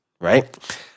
right